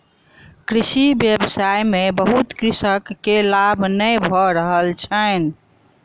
कृषि व्यवसाय में बहुत कृषक के लाभ नै भ रहल छैन